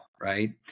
right